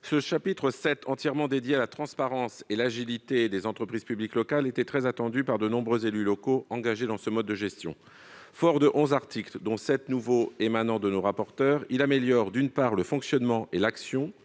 Ce chapitre VII, entièrement dédié à la transparence et à l'agilité des entreprises publiques locales, était très attendu par de nombreux élus locaux engagés dans ce mode de gestion. Constitué de onze articles, dont sept nouveaux émanant de nos rapporteurs, il améliore leur fonctionnement, sans